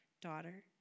daughter